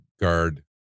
guard